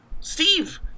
Steve